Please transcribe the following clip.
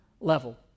level